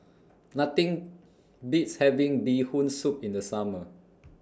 Nothing Beats having Bee Hoon Soup in The Summer